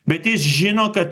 bet jis žino kad